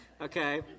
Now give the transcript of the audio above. Okay